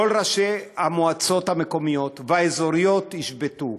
כל ראשי המועצות המקומיות והאזוריות ישבתו.